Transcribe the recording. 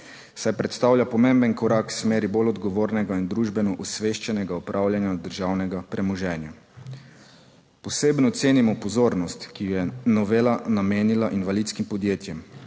saj predstavlja pomemben korak v smeri bolj odgovornega in družbeno osveščenega upravljanja državnega premoženja. Posebno cenimo pozornost, ki jo je novela namenila invalidskim podjetjem.